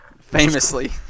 Famously